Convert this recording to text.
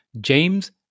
James